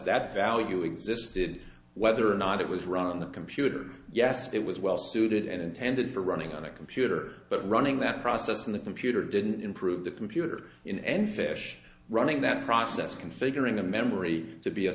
that value existed whether or not it was run on the computer yes it was well suited and intended for running on a computer but running that process in the computer didn't improve the computer and fish running that process configuring the memory to be a